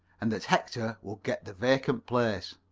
and that hector would get the vacant place.